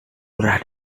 murah